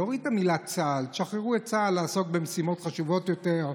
להוריד את המילה "צה"ל"; תשחררו את צה"ל לעסוק במשימות חשובות יותר,